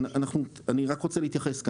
אני רוצה להתייחס.